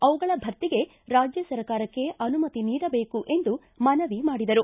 ಅವುಗಳ ಭರ್ತಿಗೆ ರಾಜ್ಯ ಸರ್ಕಾರಕ್ಕೆ ಅನುಮತಿ ನೀಡಬೇಕು ಎಂದು ಮನವಿ ಮಾಡಿದರು